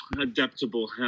adaptable